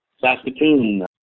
Saskatoon